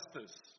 justice